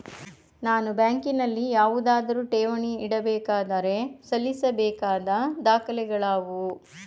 ನಾನು ಬ್ಯಾಂಕಿನಲ್ಲಿ ಯಾವುದಾದರು ಠೇವಣಿ ಇಡಬೇಕಾದರೆ ಸಲ್ಲಿಸಬೇಕಾದ ದಾಖಲೆಗಳಾವವು?